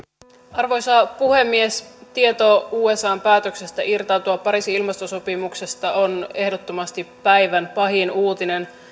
arvoisa puhemies tieto usan päätöksestä irtautua pariisin ilmastosopimuksesta on ehdottomasti päivän pahin uutinen